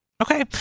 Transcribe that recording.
Okay